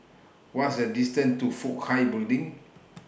What's The distance to Fook Hai Building